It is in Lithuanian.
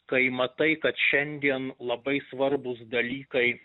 kai matai kad šiandien labai svarbūs dalykai